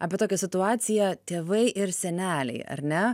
apie tokią situaciją tėvai ir seneliai ar ne